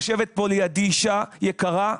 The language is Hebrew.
יושבת פה לידי אישה יקרה,